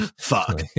fuck